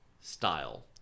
style